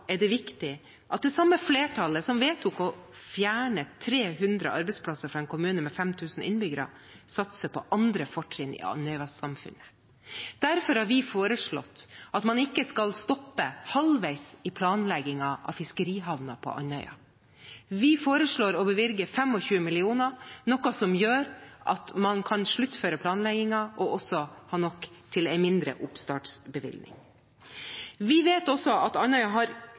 er det viktig at det samme flertallet som vedtok å fjerne 300 arbeidsplasser fra en kommune med 5 000 innbyggere, satser på andre fortrinn i Andøy-samfunnet. Derfor har vi foreslått at man ikke skal stoppe halvveis i planleggingen av fiskerihavnen på Andøya. Vi foreslår å bevilge 25 mill. kr, noe som gjør at man kan sluttføre planleggingen og også ha nok til en mindre oppstartsbevilgning. Vi vet også at Andøya har